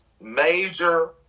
major